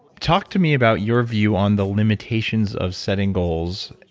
talk to me about your view on the limitations of setting goals,